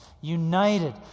united